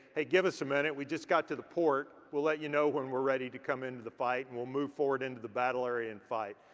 hey give us a minute, we just got to the port. we'll let you know when we're ready to come into the fight and we'll move forward into the battle area and fight.